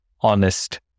honest